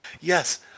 Yes